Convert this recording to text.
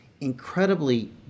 incredibly